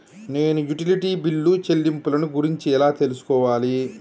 నేను utility bill చెల్లింపులను గురించి ఎలా తెలుసుకోవాలి?